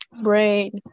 Brain